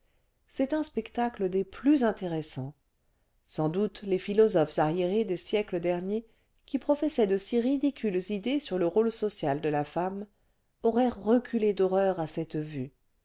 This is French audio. c'est un spectacle des plus intéressants sans doute les philosophes arriérés des siècles derniers qui professaient de si ridicules idées sur le rôle social de la femme auraient reculé d'horreur à cette vue